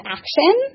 action